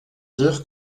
dire